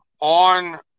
on